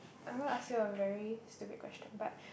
I'm gonna ask you a very stupid question but